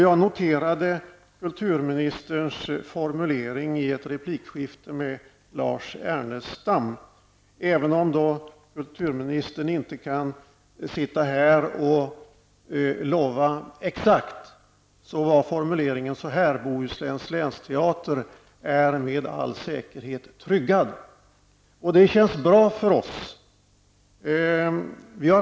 Jag noterade kulturministerns formulering i ett replikskifte med Lars Ernestam. Även om kulturministern inte kan sitta här och lova exakt löd hans formulering: Länsteatern i Bohuslän är med all säkerhet tryggad. Det känns bra för oss.